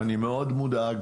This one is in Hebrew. אני מאוד מודאג